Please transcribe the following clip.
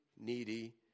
needy